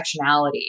intersectionality